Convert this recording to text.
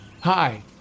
Hi